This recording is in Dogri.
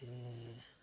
ते